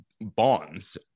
bonds